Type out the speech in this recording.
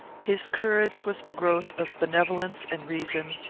his courage was the growth of benevolence and reason,